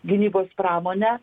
gynybos pramonę